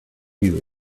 you